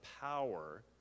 power